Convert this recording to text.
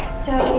so.